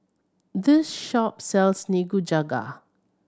this shop sells Nikujaga